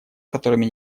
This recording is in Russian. которыми